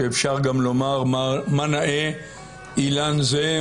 שאפשר גם לומר מה נאה אילן זה,